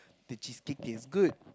the cheese cake taste good